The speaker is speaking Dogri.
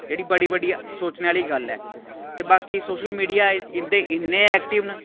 जेह्ड़ी बड़ी बड्डी सोचने आह्ली गल्ल ऐ ते बाकी सोशल मीडिया इं'दे इन्ने ऐक्टिव न